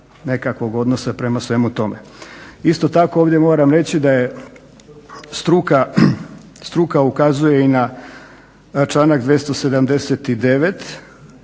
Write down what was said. nekakvog odnosa prema svemu tome. Isto tako, ovdje moram reći da struka ukazuje i na članak 279.,